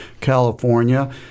California